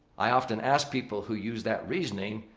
i often ask people who use that reasoning.